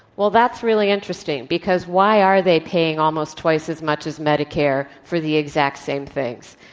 well, that's really interesting because why are they paying almost twice as much as medicare for the exact same things?